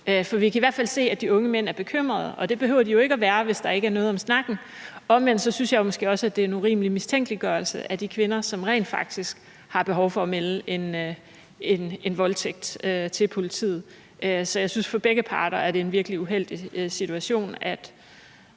For vi kan i hvert fald se, at de unge mænd er bekymrede, og det behøver de jo ikke at være, hvis der ikke er noget om snakken. Omvendt synes jeg måske også, at det er en urimelig mistænkeliggørelse af de kvinder, som rent faktisk har behov for at anmelde en voldtægt til politiet. Så jeg synes, at det for begge parter er en virkelig uheldig situation, at